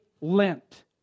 Lent